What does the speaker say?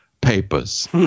Papers